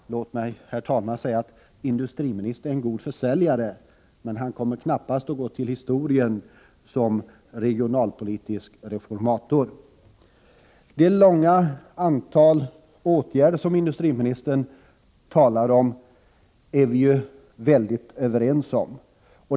Låt mig, herr talman, säga att industriministern är en god försäljare, men han kommer knappast att gå till historien som regionalpolitisk reformator. Det stora antal åtgärder som industriministern talar om är vi ju mycket överens om.